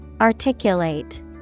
Articulate